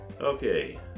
Okay